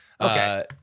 Okay